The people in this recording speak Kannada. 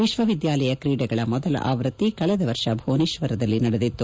ವಿಶ್ವವಿದ್ಯಾಲಯ ಕ್ರೀಡೆಗಳ ಮೊದಲ ಆವೃತ್ತಿ ಕಳೆದ ವರ್ಷ ಭುವನೇಶ್ವರದಲ್ಲಿ ನಡೆದಿತ್ತು